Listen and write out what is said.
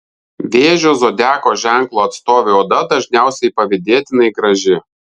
vėžio zodiako ženklo atstovių oda dažniausiai pavydėtinai graži